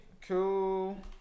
Cool